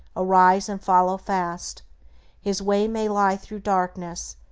arise and follow fast his way may lie through darkness,